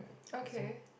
okay